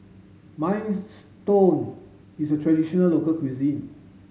Minestrone is a traditional local cuisine